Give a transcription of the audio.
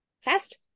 Fast